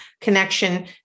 connection